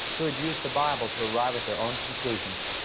who had used the bible to arrive at their own conclusions.